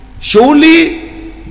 Surely